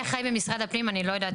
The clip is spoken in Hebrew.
מי אחראי במשרד הפנים אני לא יודעת,